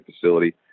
facility